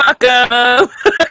welcome